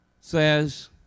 says